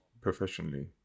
professionally